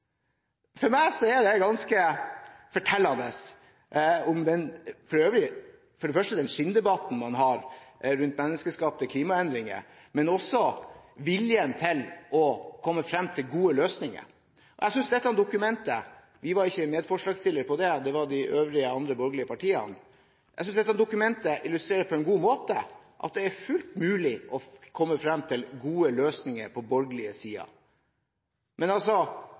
forteller meg for det første ganske mye om den skinndebatten man har rundt menneskeskapte klimaendringer, men også om viljen til å komme frem til gode løsninger. Jeg synes dette dokumentet – vi var ikke medforslagsstiller på det, det var de øvrige borgerlige partiene – illustrerer på en god måte at det er fullt mulig å komme frem til gode løsninger på den borgerlige siden. Men